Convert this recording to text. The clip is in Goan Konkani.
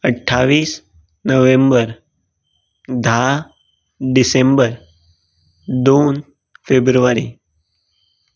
अठ्ठावीस नोव्हेंबर धा डिसेंबर दोन फेब्रूवारी